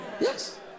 Yes